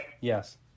Yes